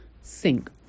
sink